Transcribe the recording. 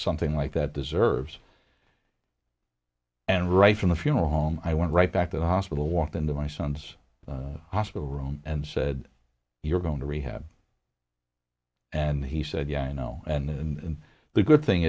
something like that deserves and right from the funeral home i went right back to the hospital walked into my son's hospital room and said you're going to rehab and he said yeah i know and the good thing